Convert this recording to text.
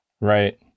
Right